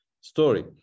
story